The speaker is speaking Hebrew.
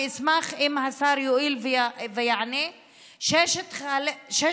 ואשמח אם השר יואיל ויענה על 6,500